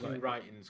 writing's